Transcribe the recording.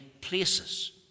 places